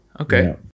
okay